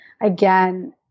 again